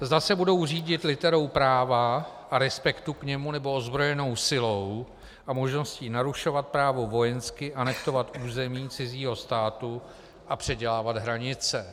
Zda se budou řídit literou práva a respektu k němu, nebo ozbrojenou silou a možností narušovat právo vojensky, anektovat území cizího státu a předělávat hranice.